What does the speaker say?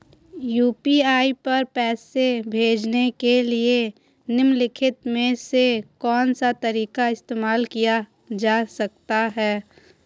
UPI पर पैसे भेजने के लिए निम्नलिखित में से कौन सा तरीका इस्तेमाल किया जा सकता है?